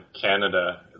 Canada